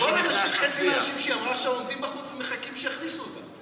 חצי מהאנשים שהיא אמרה עומדים בחוץ ומחכים שיכניסו אותם.